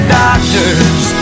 doctors